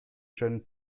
jeunes